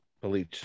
Police